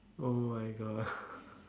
oh my god